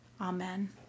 Amen